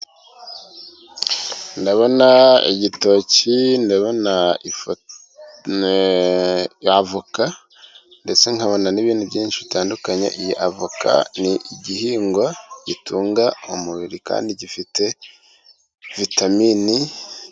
Ndabona igitoki, ndabona avoka, ndetse nkabona n'ibindi byinshi bitandukanye. Iyi avoka ni igihingwa gitunga umubiri kandi gifite vitaminini.